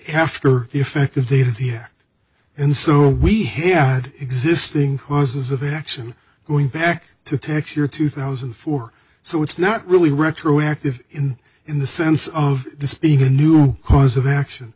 the effective date of the air and so we had existing causes of action going back to tax year two thousand and four so it's not really retroactive in in the sense of this being a new cause of action